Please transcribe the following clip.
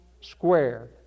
square